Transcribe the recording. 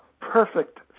perfect